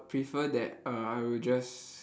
prefer that err I will just